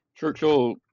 Churchill